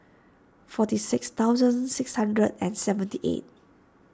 forty six thousand six hundred and seventy eight